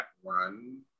one